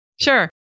Sure